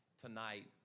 tonight